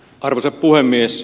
arvoisa puhemies